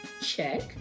Check